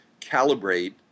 calibrate